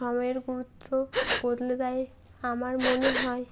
সময়ের গুরুত্ব বদলে দেয় আমার মনে হয়